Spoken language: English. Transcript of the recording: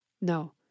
No